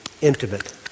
intimate